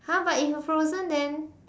!huh! but if you frozen then